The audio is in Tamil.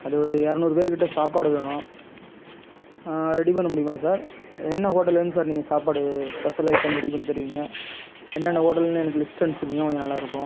அது ஒரு இரநூறு பேருக் கிட்ட சாப்பாடு வேணும் ரெடி பண்ண முடியுமா சார் என்ன ஹோட்டல்லேருந்து சார் நீங்கள் சாப்பாடு ஸ்பெஷல் ஐட்டம் ரெடி பண்ணி தருவீங்கள் என்னென்ன ஹோட்டல்னு எனக்கு லிஸ்ட் அனுப்சீங்கன்னால் கொஞ்சம் நல்லா இருக்கும்